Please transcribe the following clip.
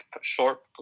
short